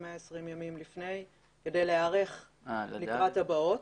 120 ימים כדי להיערך לקראת הבאות.